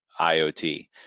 IoT